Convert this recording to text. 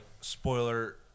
spoiler